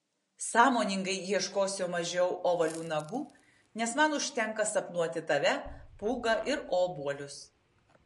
sąmoningai ieškosiu mažiau ovalių nagų nes man užtenka sapnuoti tave pūgą ir obuolius